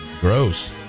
Gross